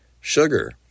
Sugar